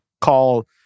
call